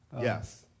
yes